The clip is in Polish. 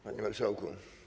Panie Marszałku!